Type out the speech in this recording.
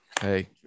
Hey